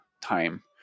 time